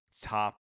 top